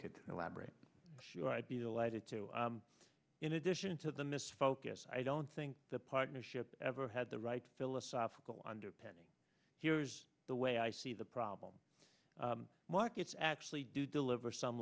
could elaborate sure i'd be delighted to in addition to the miss focus i don't think the partnership ever had the right philosophical underpinnings here's the way i see the problem markets actually do deliver some